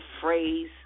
phrase